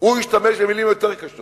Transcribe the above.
הוא השתמש במלים יותר קשות